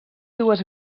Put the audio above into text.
dues